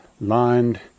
lined